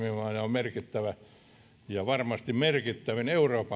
merkittävä veturi ja varmasti merkittävin euroopan veturi